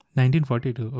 1942